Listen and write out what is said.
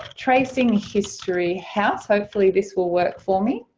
tracing history house, hopefully this will work for me.